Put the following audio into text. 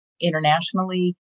internationally